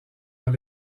dans